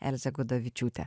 elze gudavičiūte